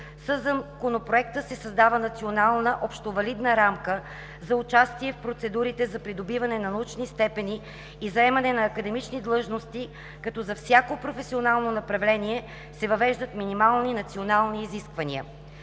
Със Законопроекта се създава национална общовалидна рамка за участие в процедурите за придобиване на научни степени и заемане на академични длъжности като за всяко професионално направление се въвеждат минимални национални изисквания.